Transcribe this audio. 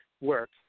work